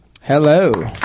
hello